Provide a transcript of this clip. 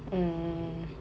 mm